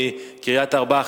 מקריית-ארבע,